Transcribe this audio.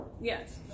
yes